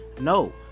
No